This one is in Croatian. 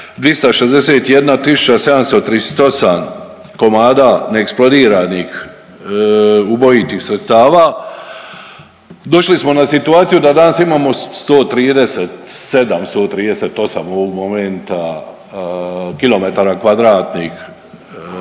261.738 komada neeksplodiranih ubojitih sredstava došli smo na situaciju da danas imamo 137, 137 ovog momenta km2 minski sumnjivog